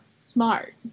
smart